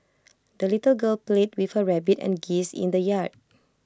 the little girl played with her rabbit and geese in the yard